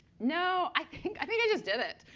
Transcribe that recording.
no. i think i think i just did it.